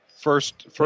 First